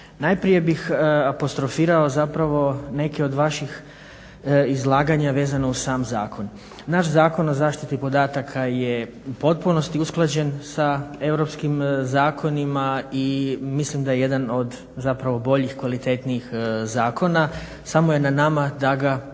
Najprije bih apostrofirao zapravo neke od vaših izlaganja vezano uz sam zakon. Naš Zakon o zaštiti podataka je u potpunosti usklađen sa europskim zakonima i mislim da je jedan od zapravo boljih, kvalitetnijih zakona. Samo je na nama da ga isto tako